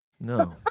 No